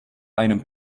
einem